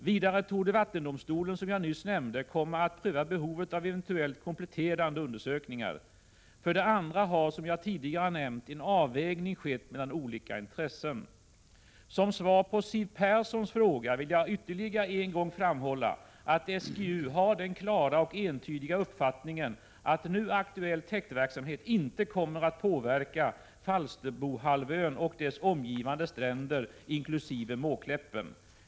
Vidare torde vattendomstolen, som jag nyss nämnde, komma att pröva behovet av eventuellt kompletterande undersökningar. För det andra har, som jag tidigare nämnt, en avvägning skett mellan olika intressen. Som svar på Siw Perssons fråga vill jag ytterligare en gång framhålla att SGU har den klara och entydiga uppfattningen att nu aktuell täktverksamhet inte kommer att påverka Falsterbohalvön och dess omgivande stränder inkl. Måkläppen.